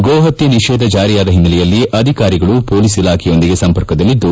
ಗೋಹತ್ತೆ ನಿಷೇಧ ಜಾರಿಯಾದ ಹಿನ್ನೆಲೆಯಲ್ಲಿ ಅಧಿಕಾರಿಗಳು ಪೊಲೀಸ್ ಇಲಾಖೆಯೊಂದಿಗೆ ಸಂಪರ್ಕದಲ್ಲಿದ್ದು